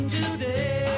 today